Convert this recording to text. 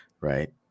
Right